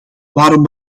waarom